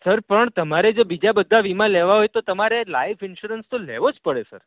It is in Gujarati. સર પણ તમારે જો બીજા બધા વીમા લેવા હોય તો તમારે લાઈફ ઈન્સ્યોરન્સ તો લેવો જ પડે સર